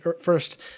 first